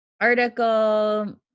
article